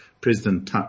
President